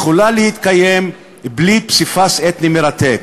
שיכולה להתקיים בלי פסיפס אתני מרתק?